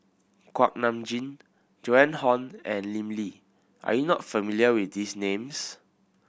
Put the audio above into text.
Kuak Nam Jin Joan Hon and Lim Lee are you not familiar with these names